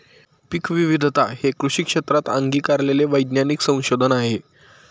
पीकविविधता हे कृषी क्षेत्रात अंगीकारलेले वैज्ञानिक संशोधन आहे